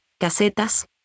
casetas